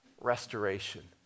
restoration